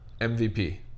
MVP